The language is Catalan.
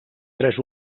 tres